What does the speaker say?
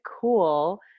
cool